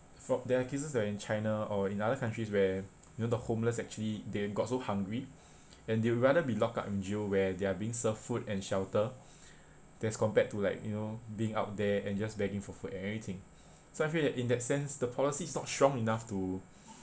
from there are cases that are in china or in other countries where you know the homeless actually they got so hungry and they rather be locked up in jail where they're being serve food and shelter that's compared to like you know being out there and just begging for food and everything so I feel that in that sense the policies not strong enough to